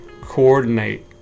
coordinate